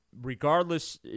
regardless